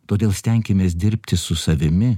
todėl stenkimės dirbti su savimi